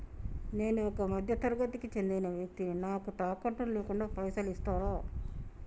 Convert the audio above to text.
నేను ఒక మధ్య తరగతి కి చెందిన వ్యక్తిని నాకు తాకట్టు లేకుండా పైసలు ఇస్తరా?